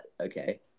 Okay